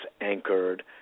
anchored